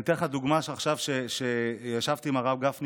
אני אתן לך דוגמה: ישבתי עם הרב גפני